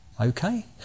Okay